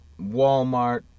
Walmart